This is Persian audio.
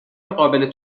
قابل